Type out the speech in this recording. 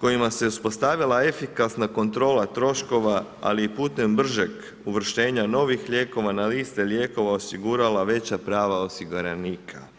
kojima se uspostavila efikasna kontrola troškova, ali i putem bržeg uvrštenja novih lijekova na liste lijekova osigurala veća prava osiguranika.